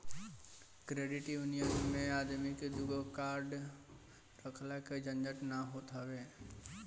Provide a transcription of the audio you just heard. credit union मे आदमी के दूगो कार्ड रखला के झंझट ना होत हवे